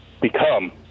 become